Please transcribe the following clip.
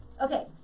Okay